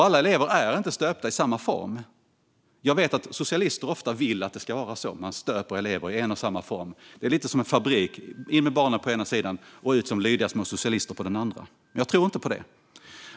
Alla elever inte är stöpta i samma form. Jag vet att socialister ofta vill att det ska vara så - man stöper elever i en och samma form. Det är lite som en fabrik: in med barnen på ena sidan och ut med dem som lydiga små socialister på den andra. Jag tror inte på det.